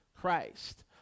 Christ